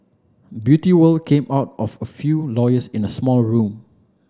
beauty world came out of a few lawyers in a small room